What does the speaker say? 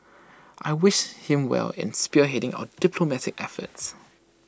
I wish him well in spearheading our diplomatic efforts